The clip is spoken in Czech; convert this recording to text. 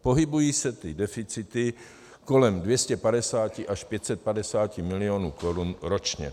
Pohybují se ty deficity kolem 250 až 550 milionů korun ročně.